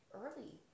early